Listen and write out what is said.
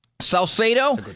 Salcedo